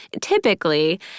typically